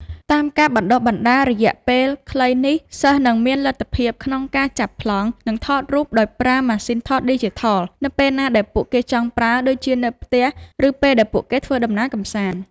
តាមការបណ្តុះបណ្តាលរយៈពេលខ្លីនេះ សិស្សនឹងមានលទ្ធភាពក្នុងការចាប់ប្លង់ និងថតរូបដោយប្រើ ម៉ាស៊ីនថតឌីជីថល នៅពេលណាដែលពួកគេចង់ប្រើ ដូចជានៅផ្ទះ ឬពេលដែលពួកគេធ្វើដំណើរកម្សាន្ត។